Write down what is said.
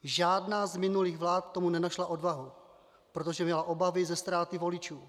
Žádná z minulých vlád k tomu nenašla odvahu, protože měla obavy ze ztráty voličů.